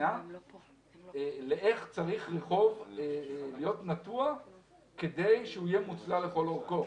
התקינה ואיך צריך רחוב להיות נטוע כדי שיהיה מוצלל לכל אורכו.